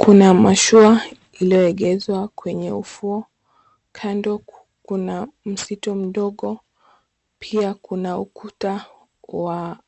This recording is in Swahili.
Kuna mashua iliyoegezwa kwenye ufuo. Kando kuna msitu mdogo. Pia kuna ukuta wa